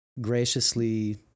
graciously